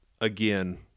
again